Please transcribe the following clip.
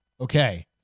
okay